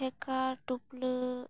ᱴᱷᱮᱠᱟ ᱴᱩᱯᱞᱟᱹᱜ